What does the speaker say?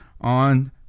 on